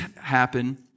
happen